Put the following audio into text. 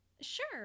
Sure